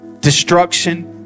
destruction